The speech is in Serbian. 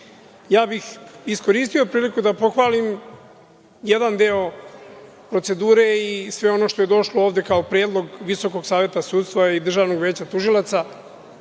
bih iskoristio priliku da pohvalim jedan deo procedura i sve ono što je došlo ovde kao predlog VSS i Državnog veća tužilaca,